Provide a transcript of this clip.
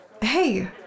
Hey